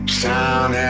sound